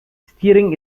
steering